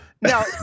now